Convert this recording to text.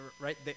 right